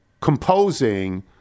composing